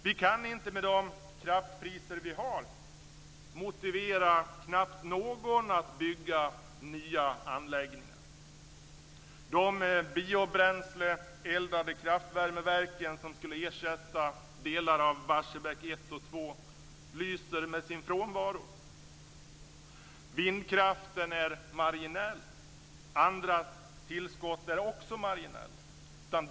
Vi kan knappt med de kraftpriser vi har motivera någon att bygga nya anläggningar. De biobränsleeldade kraftvärmeverk som skulle ersätta delar av Barsebäck 1 och 2 lyser med sin frånvaro. Vindkraften är marginell. Andra tillskott är också marginella.